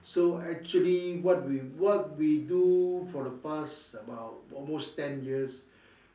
so actually what we do for the past about almost ten years